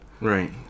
Right